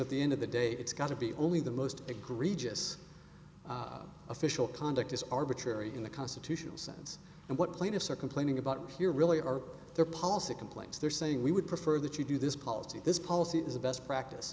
at the end of the day it's got to be only the most egregious official conduct is arbitrary in the constitutional sense and what plaintiffs are complaining about here really are there policy complaints they're saying we would prefer that you do this policy this policy is a best practice